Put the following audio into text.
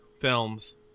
films